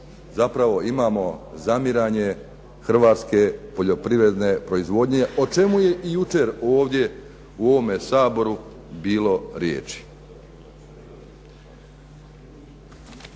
zapravo imamo zamiranje hrvatske poljoprivredne proizvodnje, o čemu je i jučer ovdje u ovome Saboru bilo riječi.